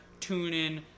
TuneIn